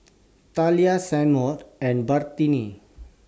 Talia Seymour and Brittni